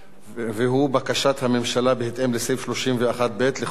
והוא בקשת הממשלה, בהתאם לסעיף 31(ב) לחוק-יסוד: